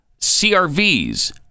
CRVs